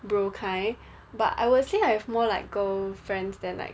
bro kind but I will say I have more like girl friends then like